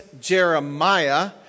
Jeremiah